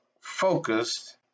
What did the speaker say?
focused